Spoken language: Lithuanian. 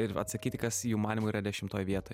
ir atsakyti kas jų manymu yra dešimtoj vietoj